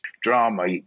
drama